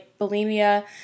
bulimia